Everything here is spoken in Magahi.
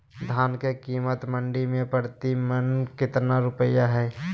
धान के कीमत मंडी में प्रति मन कितना रुपया हाय?